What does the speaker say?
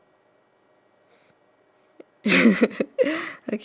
okay then after that there's like two hay